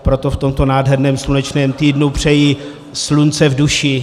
Proto v tomto nádherném slunečném týdnu přeji slunce v duši.